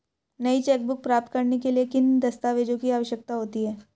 नई चेकबुक प्राप्त करने के लिए किन दस्तावेज़ों की आवश्यकता होती है?